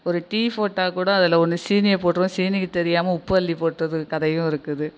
ஒரு டீ ஃபோட்டால் கூட அதில் ஒன்று சீனியை போட்டிருவோம் சீனிக்கு தெரியாமல் உப்பை அள்ளி போட்டது கதையும் இருக்குது